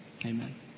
Amen